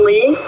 Lee